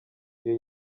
iyo